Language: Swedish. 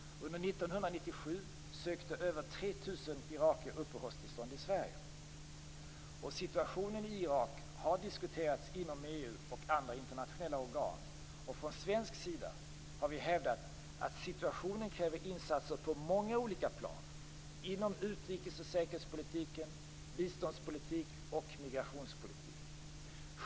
Under 1997 sökte över 3 000 irakier uppehållstillstånd i Sverige. Situationen i Irak har diskuterats inom EU och andra internationella organ. Från svensk sida har vi hävdat att situationen kräver insatser på många olika plan; inom utrikes och säkerhetspolitiken, biståndspolitik och migrationspolitik.